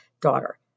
daughter